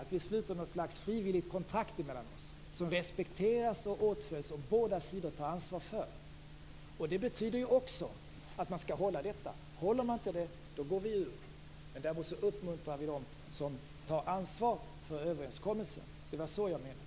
Vi sluter något slags frivilligt kontrakt länderna emellan som respekteras och åtföljs och som båda sidor tar ansvar för. Det betyder också att kontraktet skall hållas. Gör man inte det, då går vi ur samarbetet. Däremot uppmuntrar vi dem som tar ansvar för överenskommelsen. Det var så jag menade.